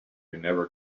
never